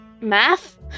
Math